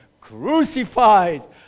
crucified